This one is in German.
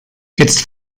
jetzt